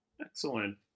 Excellent